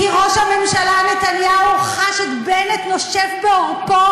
כי ראש הממשלה נתניהו חש את בנט נושף בעורפו,